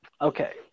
Okay